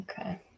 Okay